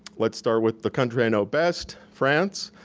let's start with the country i know best, france.